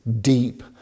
deep